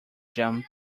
jump